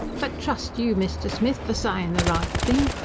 but trust you, mr. smith, for sayin' the right thing.